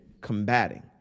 combating